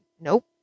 nope